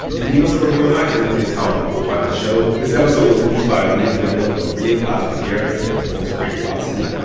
and leave us a review on itunes. it's how people find the show this episode was produced by leah donnella, maria paz gutierrez and walter ray watson.